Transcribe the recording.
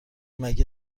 مگه